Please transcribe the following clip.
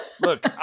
Look